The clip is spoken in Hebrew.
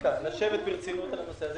הספיקה לשבת ברצינות על הנושא הזה,